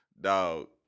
dog